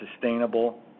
sustainable